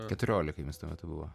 keturiolika jums tuo metu buvo